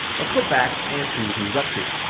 let's go back and see what he was up to.